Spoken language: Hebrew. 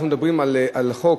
אנחנו מדברים על חוק,